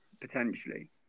potentially